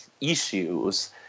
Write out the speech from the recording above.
issues